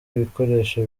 ibikoresho